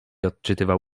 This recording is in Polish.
odczytywał